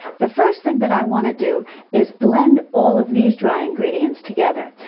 the first thing that i want to do is blend all of these dry ingredients together.